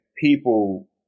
people